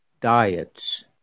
diets